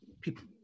people